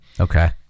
Okay